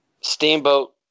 Steamboat